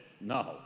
no